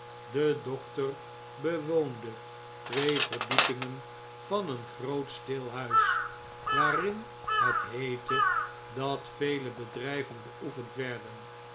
de dokter bewoonde twee verdiepingen van een groot stil huis waarin het heette dat vele bedrijven beoefend werden